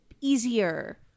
easier